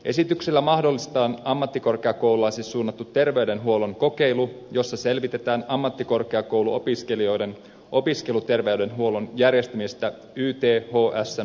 esityksellä mahdollistetaan ammattikorkeakoululaisille suunnattu terveydenhuollon kokeilu jossa selvitetään ammattikorkeakouluopiskelijoiden opiskeluterveydenhuollon järjestämistä ythsn mallin mukaisesti